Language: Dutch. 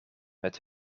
met